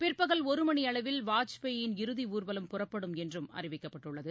பிற்பகல் ஒரு மணி அளவில் வாஜ்பாயின் இறதி ஊர்வலம் புறப்படும் என்று அறிவிக்கப்பட்டுள்ளது